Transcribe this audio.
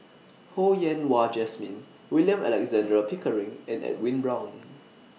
Ho Yen Wah Jesmine William Alexander Pickering and Edwin Brown